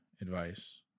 advice